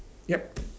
yup